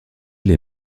les